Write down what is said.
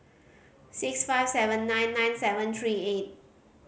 six five seven nine nine seven three eight